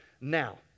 now